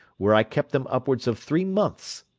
where i kept them upwards of three months.